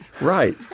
Right